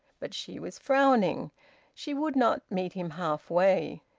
but she was frowning she would not meet him half-way.